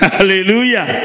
Hallelujah